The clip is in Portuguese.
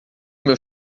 meu